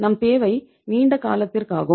நம் தேவை நீண்டகாலத்திற்காகும்